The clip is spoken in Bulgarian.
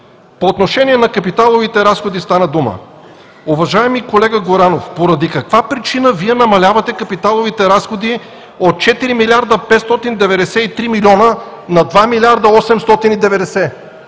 По отношение на капиталовите разходи – стана дума, уважаеми колега Горанов, поради каква причина Вие намалявате капиталовите разходи от 4 млрд. 593 млн. лв. на 2 млрд. 890 млн.